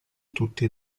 tutti